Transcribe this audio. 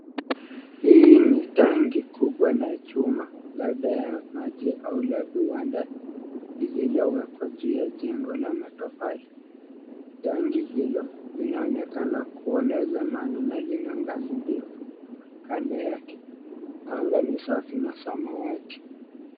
Hii ni tangi kubwa la chuma labda ya maji au la viwanda lililowekwa juu ya jengo la matofali. Tangi hilo linaonekana kuwa la zamani na lina ngazi ndefu kando yake. Anga ni safi na samawati.